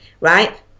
right